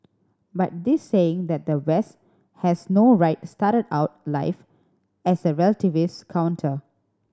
but this saying that the West has no right started out life as a relativist counter